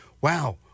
wow